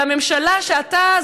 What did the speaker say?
ולממשלה שאתה,